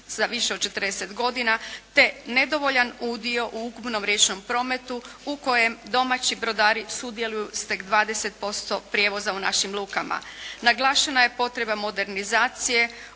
za više od 40 godina te nedovoljan udio u ukupnom riječnom prometu u kojem domaći brodari sudjeluju s tek 20% prijevoza u našim lukama. Naglašena je potreba modernizacije,